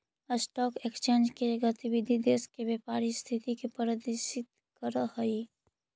stock exchange के गतिविधि देश के व्यापारी के स्थिति के प्रदर्शित करऽ हइ